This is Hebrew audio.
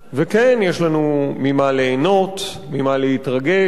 וכן, יש לנו ממה ליהנות, ממה להתרגש.